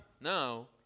Now